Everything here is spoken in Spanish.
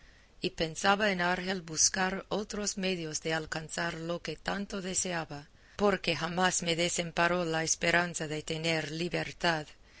y pensaba en argel buscar otros medios de alcanzar lo que tanto deseaba porque jamás me desamparó la esperanza de tener libertad